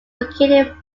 located